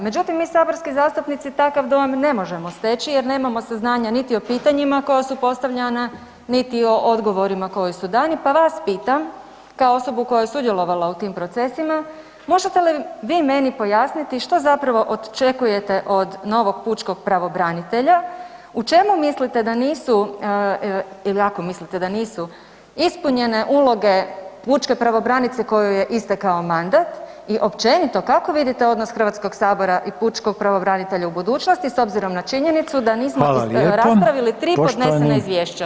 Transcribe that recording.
Međutim, mi saborski zastupnici takav dojam ne možemo steći jer nemamo saznanja niti o pitanjima koja su postavljana niti o odgovorima koji su dani, pa vas pitam kao osobu koja je sudjelovala u tim procesima možete li vi meni pojasniti što zapravo očekujete od novog pučkog pravobranitelja, u čemu mislite da nisu i ako mislite da nisu ispunjene uloge pučke pravobraniteljice kojoj je istekao mandat i općenito kako vidite odnos Hrvatskog sabora i pučkog pravobranitelja u budućnosti s obzirom na činjenicu da nismo raspravili tri podnesena izvješća.